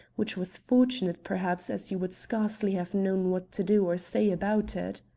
which was fortunate, perhaps, as you would scarcely have known what to do or say about it.